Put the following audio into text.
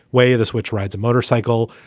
way this witch rides a motorcycle,